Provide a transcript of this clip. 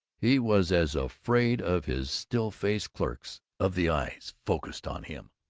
he was as afraid of his still-faced clerks of the eyes focused on him,